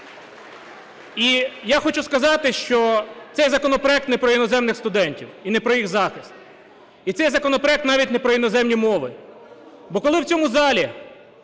І я хочу сказати, що цей законопроект не про іноземних студентів і не про їх захист, і цей законопроект навіть не про іноземні мови. Бо коли в цьому залі